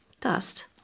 Dust